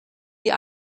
die